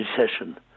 recession